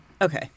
Okay